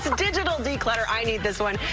digital declutter. i need this one.